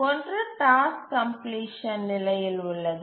ஒன்று task completion நிலையில் உள்ளது